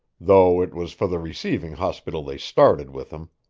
though it was for the receiving hospital they started with him.